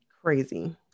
Crazy